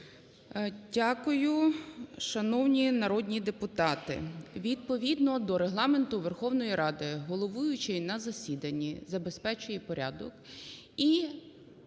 Дякую. Шановні народні депутати, відповідно до Регламенту Верховної Ради, головуючий на засіданні забезпечує порядок,